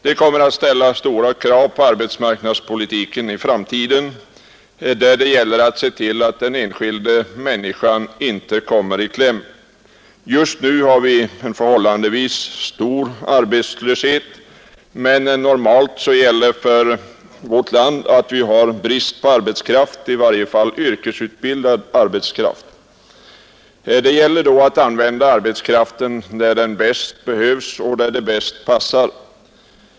Detta kommer att ställa stora krav på arbetsmarknadspolitiken i framtiden. Det gäller att se till att den enskilda människan inte råkar i kläm. Just nu har vi en förhållandevis stor arbetslöshet, men normalt gäller för vårt land att det råder brist på arbetskraft, i varje fall yrkesutbildad sådan. Det gäller då att använda arbetskraften där den bäst behövs och där den bäst passar.